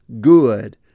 good